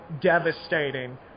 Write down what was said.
devastating